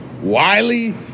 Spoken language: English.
Wiley